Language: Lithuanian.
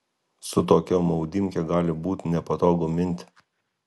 su tokia maudymke gali būt nepatogu minti